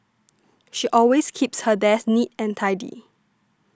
she always keeps her desk neat and tidy